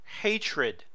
hatred